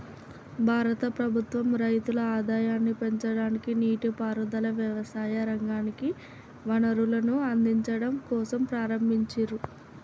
భారత ప్రభుత్వం రైతుల ఆదాయాన్ని పెంచడానికి, నీటి పారుదల, వ్యవసాయ రంగానికి వనరులను అందిచడం కోసంప్రారంబించారు